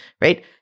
right